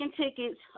tickets